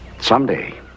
Someday